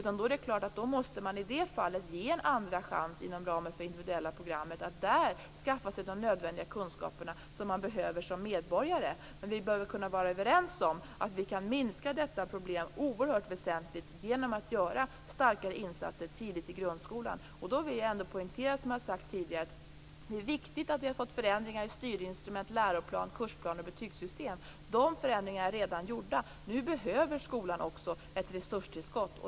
I det fallet måste man naturligtvis ge eleven en andra chans att inom ramen för det individuella programmet skaffa sig de nödvändiga kunskaper man behöver som medborgare. Vi bör väl kunna vara överens om att vi kan minska detta problem väsentligt genom att göra starkare insatser tidigt i grundskolan. Jag vill poängtera, som jag har sagt tidigare, att det är viktigt att vi har fått förändringar i styrinstrument, läroplan, kursplaner och betygssystem. De förändringarna är redan gjorda. Nu behöver skolan också ett resurstillskott.